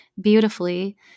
beautifully